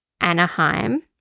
Anaheim